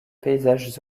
paysages